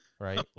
right